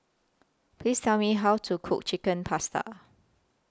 Please Tell Me How to Cook Chicken Pasta